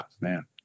man